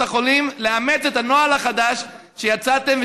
החולים לאמץ את הנוהל החדש שהוצאתם,